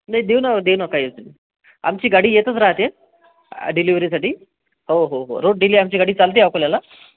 नाही देऊ ना दे ना काही असेल ते आमची गाडी येतंच राहते डेलिवरीसाठी हो हो रोज डेली आमची गाडी चालते अकोल्याला